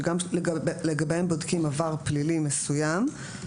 שגם לגביהם בודקים עבר פלילי מסוים,